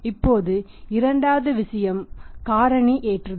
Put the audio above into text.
இப்போது இரண்டாவது விஷயம் காரணி ஏற்றுதல்